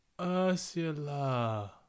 Ursula